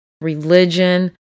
religion